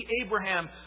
Abraham